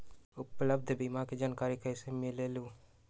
उपलब्ध बीमा के जानकारी कैसे मिलेलु?